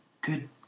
Good